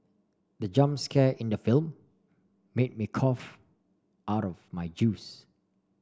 the jump scare in the film made me cough out my juice